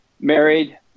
married